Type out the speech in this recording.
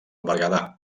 berguedà